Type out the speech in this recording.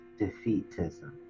defeatism